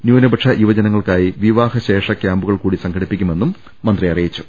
ന്യൂനപക്ഷ യുവജനങ്ങൾക്കായി വിവാ ഹശേഷ കൃാമ്പുകൾകൂടി സംഘടിപ്പിക്കുമെന്നും മന്ത്രി അറി യിച്ചു